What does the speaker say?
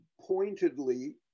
pointedly